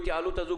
עם ההתייעלות הזו,